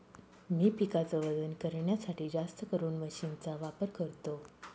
मी पिकाच वजन करण्यासाठी जास्तकरून मशीन चा वापर करतो